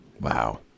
Wow